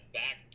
back